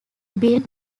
built